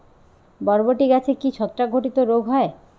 বরবটি গাছে কি ছত্রাক ঘটিত রোগ হয়?